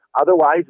Otherwise